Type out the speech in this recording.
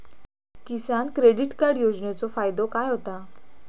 किसान credit card योजनेचो फायदो काय होता?